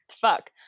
fuck